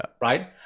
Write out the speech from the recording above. right